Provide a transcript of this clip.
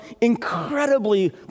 incredibly